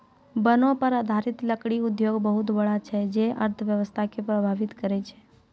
वनो पर आधारित लकड़ी उद्योग बहुत बड़ा छै जे अर्थव्यवस्था के प्रभावित करै छै